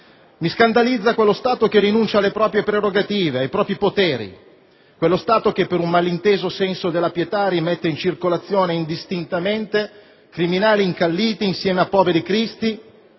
Mi scandalizza quello Stato che rinuncia alle proprie prerogative, ai propri poteri, quello Stato che, per un malinteso senso della pietà, rimette in circolazione, indistintamente, criminali incalliti insieme a poveri cristi,